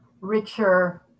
richer